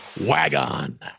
WagOn